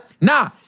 Nah